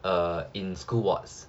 err in school boards